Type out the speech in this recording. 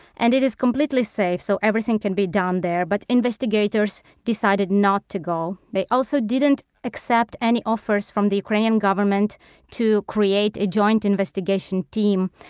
and it is completely safe, so everything can be done there. but investigators decided not to go. they also didn't accept any offers from the ukrainian government to create a joint investigation team,